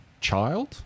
child